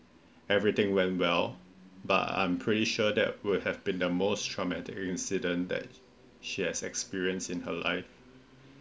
every thing went well but I'm pretty sure that will have been the most traumatic incident that she had experience in her life